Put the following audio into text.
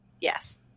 Yes